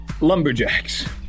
Lumberjacks